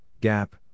GAP